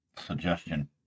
suggestion